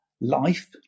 life